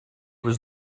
was